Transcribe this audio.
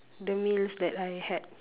the meals that I had